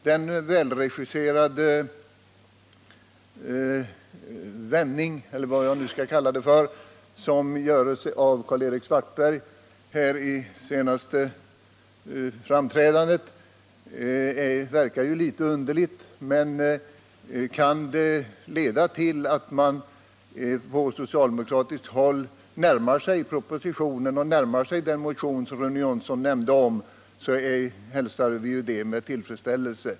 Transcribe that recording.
Den välregisserade vändning, eller vad jag nu skall kalla det för, som Karl-Erik Svartberg gjorde här vid sitt senaste framträdande, verkar litet underlig. Men om det kan leda till att man från socialdemokratiskt håll närmar sig propositionen och den motion som Rune Johnsson nämnde, så hälsar vi det med tillfredsställelse.